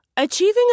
Achieving